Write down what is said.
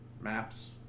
maps